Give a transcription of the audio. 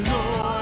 Lord